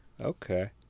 Okay